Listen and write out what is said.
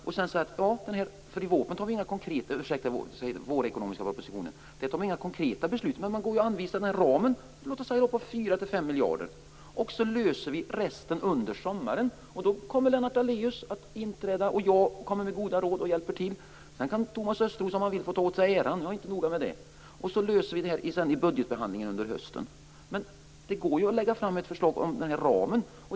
Vi kan säga att vi inte fattar några konkreta beslut i vårpropositionen. Men det går ju att anvisa en ram, låt oss säga på 4-5 miljarder, och sedan löser vi resten under sommaren. Då träder Lennart Daléus in, och jag kommer med goda råd och hjälper till. Sedan kan Thomas Östros om han vill få ta åt sig äran, jag är inte noga med det, och sedan löser vi det här i budgetbehandlingen under hösten. Det går att lägga fram förslag om ramen.